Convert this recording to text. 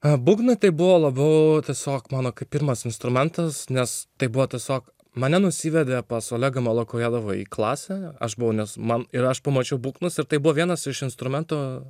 a būgnai tai buvo labiau tiesiog mano pirmas instrumentas nes tai buvo tiesiog mane nusivedė pas olegą malokojedovą į klasę aš buvau nes man ir aš pamačiau būgnus ir tai buvo vienas iš instrumento